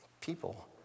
people